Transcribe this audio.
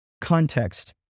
context